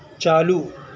چالو